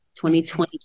2020